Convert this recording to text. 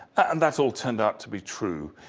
and that all turned ah to be true.